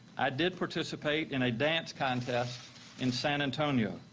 i did participate in a dance contest in san antonio,